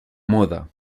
moda